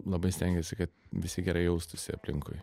labai stengiesi kad visi gerai jaustųsi aplinkui